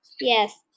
yes